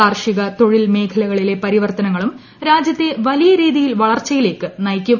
കാർഷിക തൊഴിൽ ്മേഖലകളിലെ പരിവർത്തനങ്ങളും രാജ്യത്തെ വലിയ രീതിയിൽ വളർച്ചയിലേക്ക് നയിക്കും